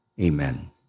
amen